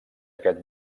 aquest